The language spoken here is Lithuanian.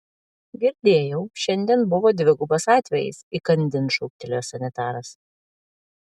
girdėjau šiandien buvo dvigubas atvejis įkandin šūktelėjo sanitaras